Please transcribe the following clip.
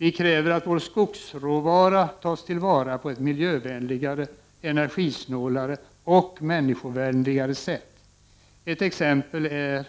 Vi kräver att vår skogsråvara tas till vara på ett miljövänligare, energisnålare och människovänligare sätt. Ett exempel på detta är